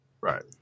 Right